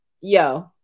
Yo